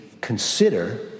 consider